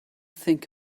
think